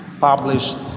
published